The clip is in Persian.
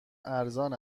ارزان